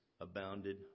abounded